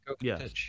Yes